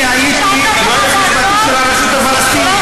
אני הייתי היועץ המשפטי של הרשות הפלסטינית,